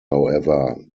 however